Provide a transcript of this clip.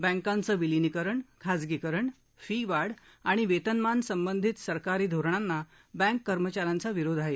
बँकांचं विलीनीकरण खाजगीकरण फी वाढ आणि वेतनमान संबंधित सरकारी धोरणांना बँक कर्मचाऱ्यांचा विरोध आहे